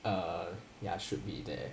uh ya should be there